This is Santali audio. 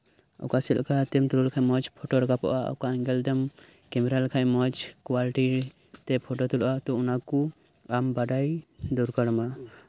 ᱚᱠᱟ ᱥᱮᱫ ᱞᱮᱠᱟᱛᱮᱢ ᱛᱩᱞᱟᱹᱣ ᱞᱮᱠᱷᱟᱱ ᱢᱚᱸᱡᱽ ᱯᱷᱳᱴᱳ ᱨᱟᱠᱟᱵᱚᱜᱼᱟ ᱚᱠᱟ ᱮᱝᱜᱮᱞ ᱛᱮᱢ ᱨᱟᱠᱟᱵ ᱞᱮᱠᱷᱟᱱ ᱢᱚᱸᱡᱽ ᱠᱳᱣᱟᱞᱤᱴᱤᱛᱮ ᱯᱷᱳᱴᱳ ᱛᱩᱞᱟᱹᱜᱼᱟ ᱚᱱᱟᱠᱚ ᱟᱢ ᱵᱟᱰᱟᱭ ᱫᱚᱨᱠᱟᱨᱟᱢᱟ